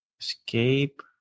Escape